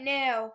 now